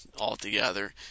altogether